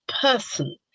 person